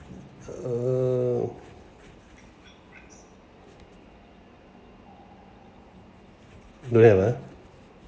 uh